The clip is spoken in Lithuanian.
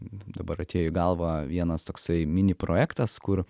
dabar atėjo į galvą vienas toksai mini projektas kur